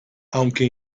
aunque